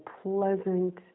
pleasant